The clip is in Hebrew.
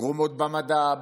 תרומות במדע,